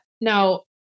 Now